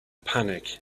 panic